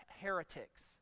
heretics